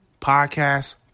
podcast